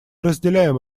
разделяем